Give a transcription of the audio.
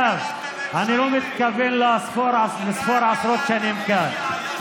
דרך אגב, אני לא מתכוון לספור עשרות שנים כאן.